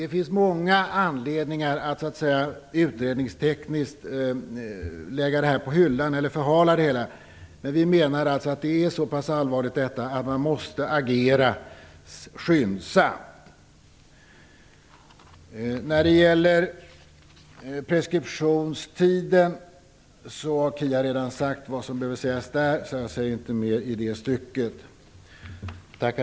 Det finns många anledningar att utredningstekniskt lägga det här på hyllan eller förhala det hela, men vi menar att detta är så pass allvarligt att man måste agera skyndsamt. Kia Andreasson har redan sagt vad som behöver sägas när det gäller preskriptionstiden, så jag säger inget mer i det stycket.